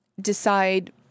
decide